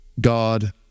God